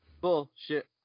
Bullshit